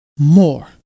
More